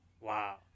Wow